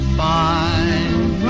fine